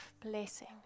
blessing